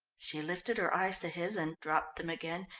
she lifted her eyes to his and dropped them again,